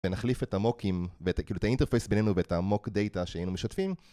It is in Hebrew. ונחליף את המוקים, ואת הכאילו את האינטרפס בינינו ואת המוק דאטה שהיינו משתפים